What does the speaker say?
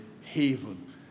haven